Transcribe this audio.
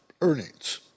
earnings